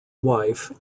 wife